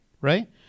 right